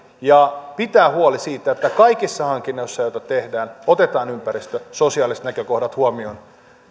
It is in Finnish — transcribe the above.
ja pitää huoli siitä että kaikissa hankinnoissa joita tehdään otetaan ympäristö sosiaaliset näkökohdat huomioon